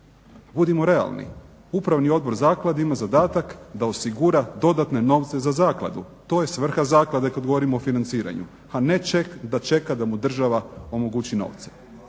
Budimo realni, Upravni odbor zaklade ima zadatak da osigura dodatne novce za zakladu. To je svrha zaklade kad govorimo o financiranju, a ne da čeka da mu država omogući novce.